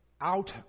out